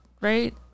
Right